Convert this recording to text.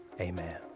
Amen